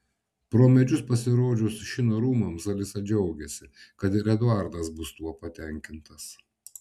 pro medžius pasirodžius šino rūmams alisa džiaugiasi kad ir eduardas bus tuo patenkintas